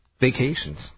vacations